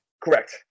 Correct